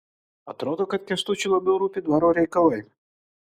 atrodo kad kęstučiui labiau rūpi dvaro reikalai